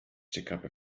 ciekawe